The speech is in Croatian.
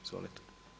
Izvolite.